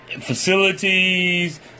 Facilities